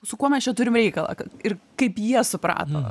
su kuo mes čia turim reikalą kad ir kaip jie suprato